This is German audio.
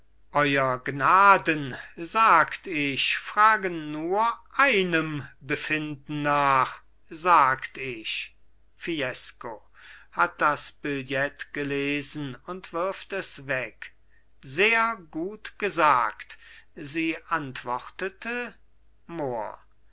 euer gnaden sagt ich fragen nur einem befinden nach sagt ich fiesco hat das billett gelesen und wirft es weg sehr gut gesagt sie antwortete mohr